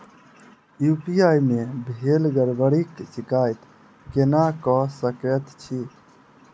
UPI मे भेल गड़बड़ीक शिकायत केना कऽ सकैत छी?